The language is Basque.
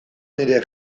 nire